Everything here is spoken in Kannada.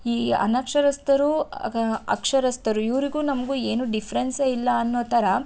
ಈ ಅನಕ್ಷರಸ್ಥರು ಅಕ್ಷರಸ್ಥರು ಇವರಿಗೂ ನಮಗೂ ಏನು ಡಿಫ್ರೆನ್ಸೇ ಇಲ್ಲ ಅನ್ನೋ ಥರ